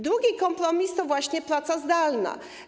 Drugi kompromis to właśnie praca zdalna.